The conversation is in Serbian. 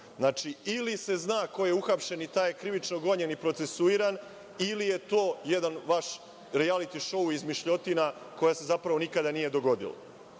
aferom. Znači, ili se zna ko je uhapšen i taj je krivično gonjen i procesiran ili je to jedan vaš rijaliti šou izmišljotina, koje se zapravo nikada nisu dogodile. Zato